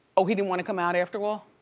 oh, he didn't wanna come out after all?